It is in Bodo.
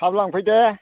थाब लांफै दे